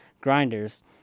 grinders